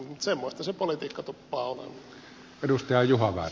mutta semmoista se politiikka tuppaa olemaan